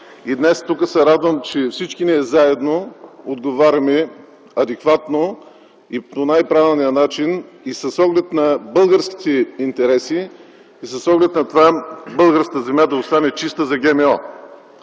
Днес тук се радвам, че всички ние заедно отговаряме адекватно и по най-правилния начин с оглед на българските интереси, с оглед на това българската земя да остане чиста за ГМО.